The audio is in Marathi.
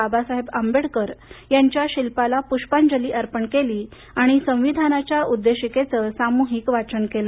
बाबासाहेब आंबेडकर यांच्या शिल्पाला प्ष्पांजली अर्पण केली आणि संविधानाच्या उद्देशिकेचं सामुहिक वाचन केलं